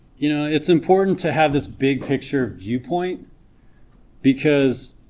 you know it's important to have this big picture viewpoint because